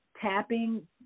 tapping